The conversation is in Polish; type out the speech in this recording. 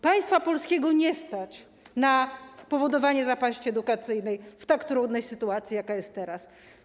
Państwa polskiego nie stać na powodowanie zapaści edukacyjnej w tak trudnej sytuacji, jaka jest teraz.